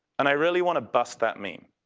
and i really want to bust that meme.